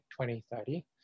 2030